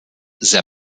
sehr